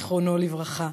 זיכרונו לברכה,